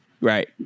Right